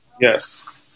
Yes